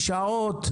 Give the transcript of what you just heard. שעות,